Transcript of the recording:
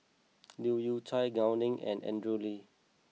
Leu Yew Chye Gao Ning and Andrew Lee